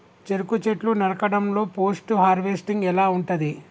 చెరుకు చెట్లు నరకడం లో పోస్ట్ హార్వెస్టింగ్ ఎలా ఉంటది?